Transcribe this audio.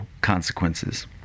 consequences